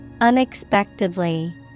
Unexpectedly